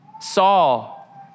Saul